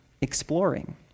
exploring